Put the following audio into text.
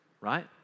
Right